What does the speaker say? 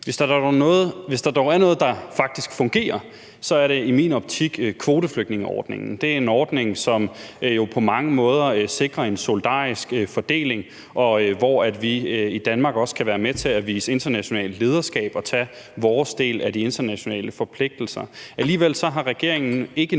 Hvis der dog er noget, der faktisk fungerer, så er det i min optik kvoteflygtningeordningen. Det er en ordning, som jo på mange måder sikrer en solidarisk fordeling, og hvor vi i Danmark også kan være med til at vise internationalt lederskab og tage vores del af de internationale forpligtelser.